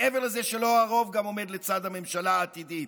מעבר לזה שלא הרוב עומד לצד הממשלה העתידית,